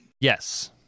Yes